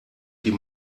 die